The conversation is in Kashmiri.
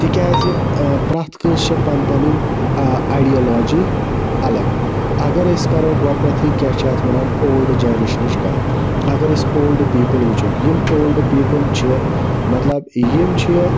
تکیازِ پرٛٮ۪تھ کٲنٛسہِ چھِ پَن پَنٕنۍآایڈِیلوجی اَلَگ اگر أسۍ کَرو گۄڈنیٚتھٕے کیاہ چھِ یتھ وَنان اولڑ جَنریشنٕچ کتھ اگر أسۍ اولڈ پیٖپل وٕچھوکھ یِم اولڈ پیٖپل چھِ مَطلَب یِم چھِ